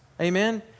Amen